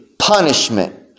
punishment